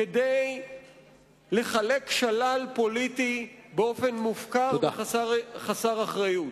כדי לחלק שלל פוליטי באופן מופקר וחסר אחריות.